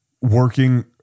working